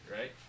right